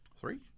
Three